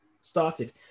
started